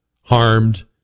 harmed